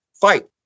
fight